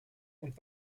und